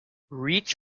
reach